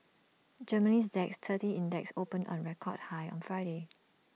Germany's Dax thirty index opened on A record high on Friday